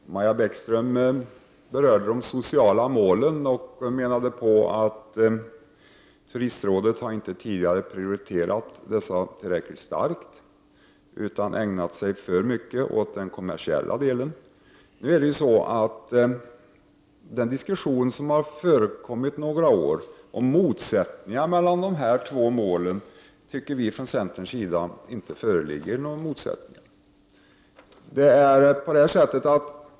Herr talman! Maja Bäckström berörde de sociala målen. Hon menade att turistrådet tidigare inte har prioriterat dessa mål tillräckligt starkt, utan man har ägnat sig för mycket åt den kommersiella delen. Det har under några år förekommit en diskussion om motsättningar mellan dessa två mål. Från centerns sida tycker vi att det inte föreligger någon motsättning.